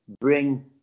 bring